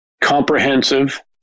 comprehensive